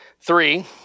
three